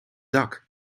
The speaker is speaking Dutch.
dak